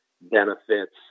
benefits